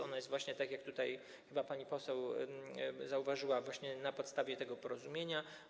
Ona jest prowadzona, tak jak tutaj chyba pani poseł zauważyła, właśnie na podstawie tego porozumienia.